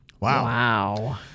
Wow